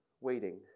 waiting